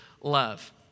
love